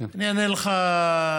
אני אענה לך ראשון.